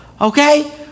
okay